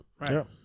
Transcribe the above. Right